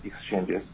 exchanges